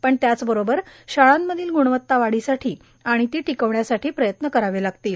पण त्याचबरोबर शाळांतील गुणवत्ता वाढीसाठी आणि ती टिकवण्यासाठी प्रयत्न करावे लागतील